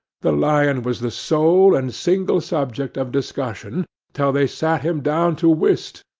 the lion was the sole and single subject of discussion till they sat him down to whist,